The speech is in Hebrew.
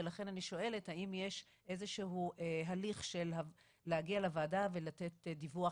ולכן אני שואלת האם יש איזה שהוא הליך של להגיע לוועדה ולתת דיווח,